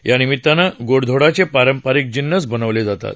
या निमित्तानं गोडाधोडाये पारंपारिक जिन्नस बनवले जातात